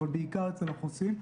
אבל בעיקר אצל החוסים,